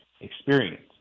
experience